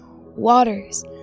waters